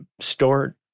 store